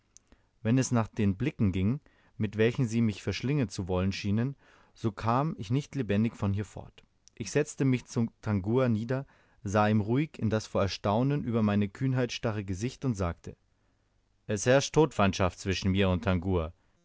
wenn es nach den blicken ging mit welchen sie mich verschlingen zu wollen schienen so kam ich nicht lebendig von hier fort ich setzte mich zu tangua nieder sah ihm ruhig in das vor erstaunen über meine kühnheit starre gesicht und sagte es herrscht todfeindschaft zwischen mir und tangua